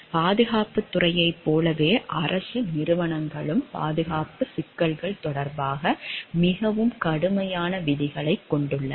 பாதுகாப்புத் துறையைப் போலவே அரசு நிறுவனங்களும் பாதுகாப்புச் சிக்கல்கள் தொடர்பாக மிகவும் கடுமையான விதிகளைக் கொண்டுள்ளன